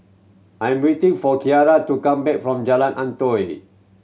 I'm waiting for Kiera to come back from Jalan Antoi